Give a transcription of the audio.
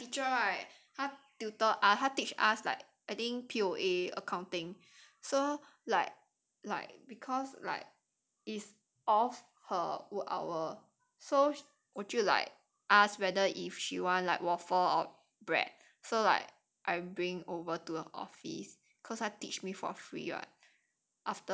that time my teacher right 他 tutor us 他 teach us like I think P_O_A accounting so like like because like it's off her work hour so 我就 like ask whether if she want like waffle or bread so like I bring over to her office cause 他 teach me for free [what]